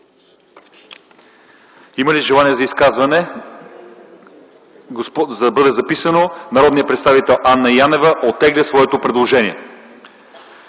Има ли желание за изказвания? Да бъде записано – народният представител Анна Янева оттегля своето предложение.